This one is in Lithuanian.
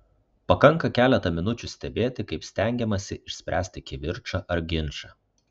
pakanka keletą minučių stebėti kaip stengiamasi išspręsti kivirčą ar ginčą